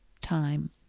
time